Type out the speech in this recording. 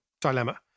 dilemma